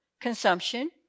consumption